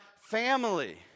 family